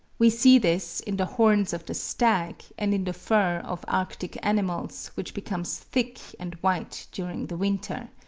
we see this in the horns of the stag, and in the fur of arctic animals which becomes thick and white during the winter.